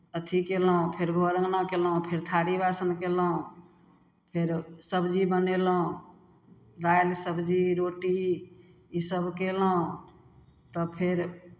अथि कयलहुँ फेर घर अङ्गना कयलहुँ फेर थारी बासन कयलहुँ फेर सबजी बनेलहुँ दालि सबजी रोटी इसभ कयलहुँ तऽ फेर